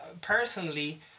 personally